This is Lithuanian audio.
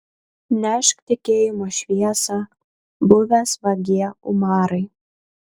nešk tikėjimo šviesą buvęs vagie umarai